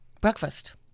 breakfast